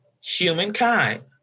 humankind